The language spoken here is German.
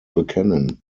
bekennen